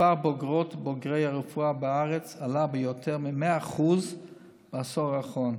מספר בוגרות ובוגרי הרפואה בארץ עלה ביותר מ-100% בעשור האחרון,